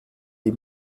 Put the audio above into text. die